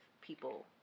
people